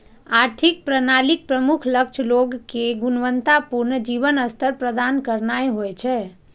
आर्थिक प्रणालीक प्रमुख लक्ष्य लोग कें गुणवत्ता पूर्ण जीवन स्तर प्रदान करनाय होइ छै